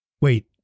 Wait